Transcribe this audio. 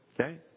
Okay